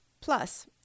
Plus